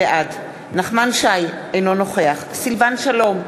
בעד נחמן שי, אינו נוכח סילבן שלום,